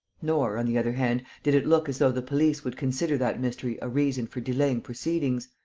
nor, on the other hand, did it look as though the police would consider that mystery a reason for delaying proceedings.